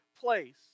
Place